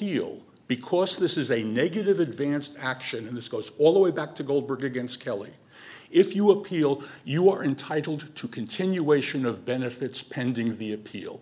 al because this is a negative advance action and this goes all the way back to goldberg against kelly if you appeal you are entitled to continuation of benefits pending the appeal